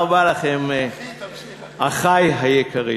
הזאת, אחי היקרים.